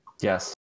Yes